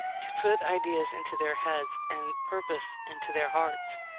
to put ideas into their heads, and purpose into their hearts.